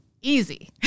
easy